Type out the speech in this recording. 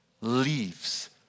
leaves